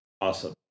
Awesome